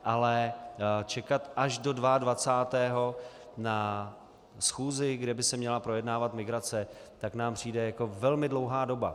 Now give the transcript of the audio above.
Ale čekat až do dvaadvacátého, na schůzi, kde by se měla projednávat migrace, tak nám přijde jako velmi dlouhá doba.